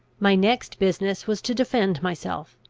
my next business was to defend myself,